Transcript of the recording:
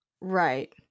Right